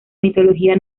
mitología